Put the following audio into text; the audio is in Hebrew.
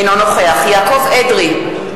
אינו נוכח יעקב אדרי,